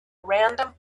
random